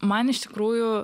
man iš tikrųjų